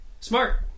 Smart